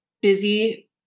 busy